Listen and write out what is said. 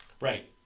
right